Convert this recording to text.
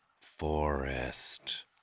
Forest